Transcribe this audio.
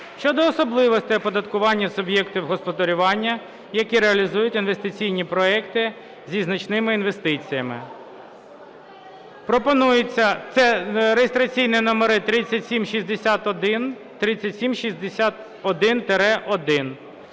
щодо особливостей оподаткування суб'єктів господарювання, які реалізують інвестиційні проекти зі значними інвестиціями (це реєстраційні номери 3761,